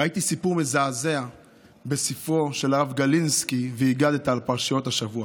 ראיתי סיפור מזעזע בספרו של הרב גלינסקי "והגדת" על פרשיות השבוע.